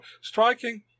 striking